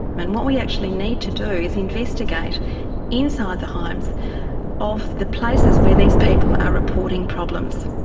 and what we actually need to do is investigate inside the homes of the places where these people are reporting problems.